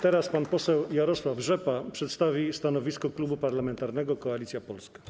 Teraz pan poseł Jarosław Rzepa przedstawi stanowisko Klubu Parlamentarnego Koalicja Polska.